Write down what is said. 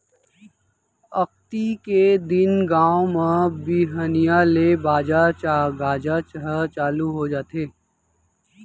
अक्ती के दिन गाँव म बिहनिया ले बाजा गाजा ह चालू हो जाथे